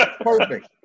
Perfect